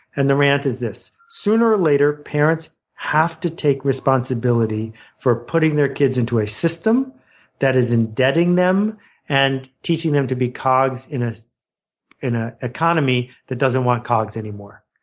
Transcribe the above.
and the rant is this. sooner or later, parents have to take responsibility for putting their kids into a system that is indebting them and teaching them to be cogs in ah an ah economy that doesn't want cogs anymore.